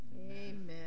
Amen